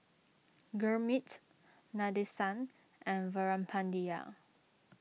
Gurmeet Nadesan and Veerapandiya